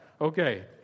Okay